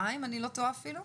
זה השינוי.